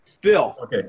Bill